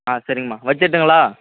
ஆ சரிங்கம்மா வச்சிடட்டுங்களா